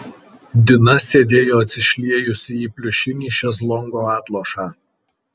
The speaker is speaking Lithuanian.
dina sėdėjo atsišliejusi į pliušinį šezlongo atlošą